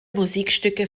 musikstücke